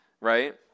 right